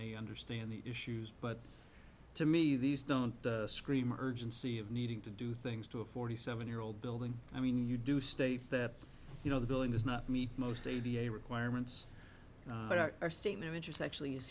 they understand the issues but to me these don't scream urgency of needing to do things to a forty seven year old building i mean you do state that you know the billing does not meet most eighty a requirements or state no interest actually is